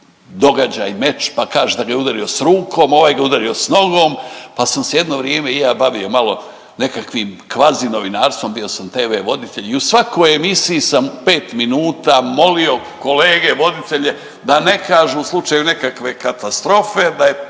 događaj, meč pa kaže … da ga je udario s rukom, ovaj ga udario s nogom, pa sam se jedno vrijeme i ja bavio malo nekakvim kvazi novinarstvom, bio sam TV voditelj i u svakoj emisiji sam pet minuta molio kolege voditelje da ne kažu u slučaju nekakve katastrofe da je